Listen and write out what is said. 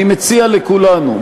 אני מציע לכולנו,